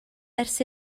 ers